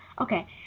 Okay